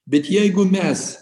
bet jeigu mes